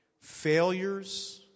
failures